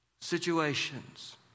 situations